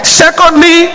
secondly